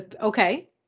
Okay